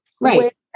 right